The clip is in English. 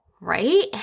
right